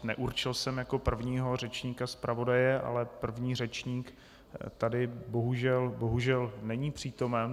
Neurčil jsem jako prvního řečníka zpravodaje, ale první řečník tady bohužel není přítomen.